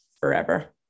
forever